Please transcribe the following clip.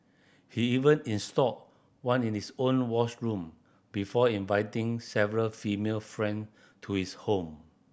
he even installed one in his own wash room before inviting several female friend to his home